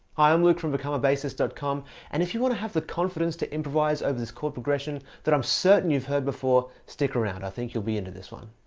i'm luke from becomeabassist dot com and if you want to have the confidence to improvise over this chord progression that i'm certain you've heard before, stick around. i think you'll like and this one!